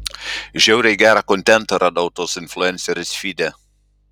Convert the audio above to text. žiauriai gerą kontentą radau tos influencerės fyde